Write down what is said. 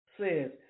Says